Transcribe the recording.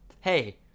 hey